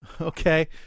Okay